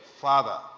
Father